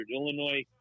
Illinois